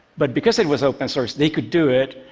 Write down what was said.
but because it was open source they could do it,